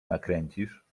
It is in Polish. nakręcisz